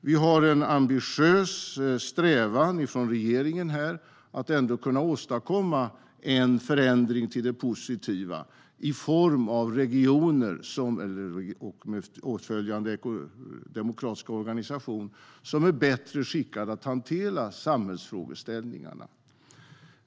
Vi har en ambitiös strävan från regeringen att ändå kunna åstadkomma en förändring till det positiva i form av regioner med åtföljande demokratiska organisation som är bättre skickad att hantera samhällsfrågeställningarna.